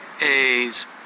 A's